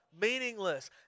meaningless